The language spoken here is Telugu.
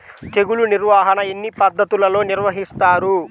తెగులు నిర్వాహణ ఎన్ని పద్ధతులలో నిర్వహిస్తారు?